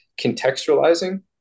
contextualizing